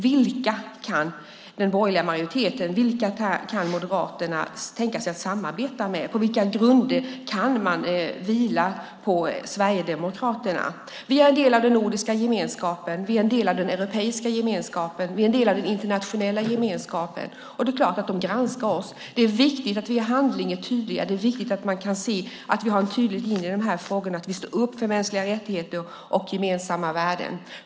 Vilka kan alltså Moderaterna tänka sig att samarbeta med, och på vilka grunder kan man vila på Sverigedemokraterna? Vi är en del av den nordiska gemenskapen. Vi är en del av den europeiska gemenskapen. Vi är en del av den internationella gemenskapen. Det är klart att man granskar oss. Det är viktigt att vi i handling är tydliga, och det är viktigt att man kan se att vi har en tydlig linje i de här frågorna och att vi står upp för mänskliga rättigheter och gemensamma värden.